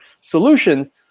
solutions